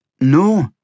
No